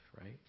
Right